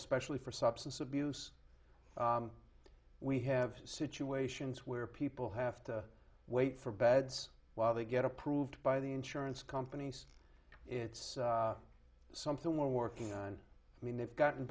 especially for substance abuse we have situations where people have to wait for beds while they get approved by the insurance companies it's something we're working on i mean they've gotten